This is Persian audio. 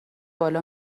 بالا